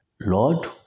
Lord